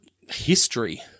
History